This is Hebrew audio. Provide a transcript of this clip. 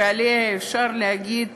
שאפשר להגיד